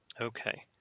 Okay